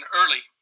early